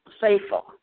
faithful